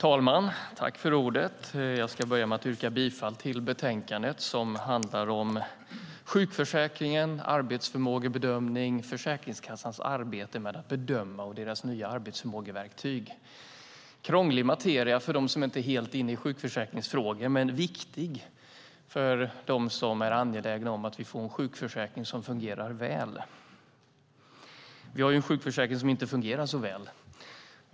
Herr talman! Jag ska börja med att yrka bifall till förslaget i betänkandet som handlar om sjukförsäkringen, arbetsförmågebedömning, Försäkringskassans arbete med att bedöma och deras nya arbetsförmågeverktyg. Det är krånglig materia för dem som inte är helt inne i sjukförsäkringsfrågor men viktig för dem som är angelägna om att vi får en sjukförsäkring som fungerar väl. Vi har en sjukförsäkring som inte fungerar så väl.